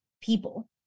people